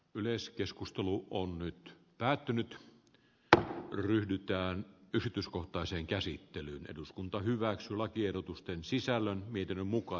yleiskeskustelu on nyt päätynyt ja lyhyt ja yrityskohtaiseen käsittelyyn eduskunta hyväksyy lakiehdotusten sisällön miten muka